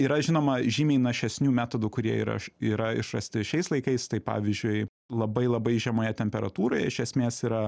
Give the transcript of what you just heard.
yra žinoma žymiai našesnių metodų kurie yra iš yra išrasti šiais laikais tai pavyzdžiui labai labai žemoje temperatūroje iš esmės yra